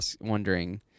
wondering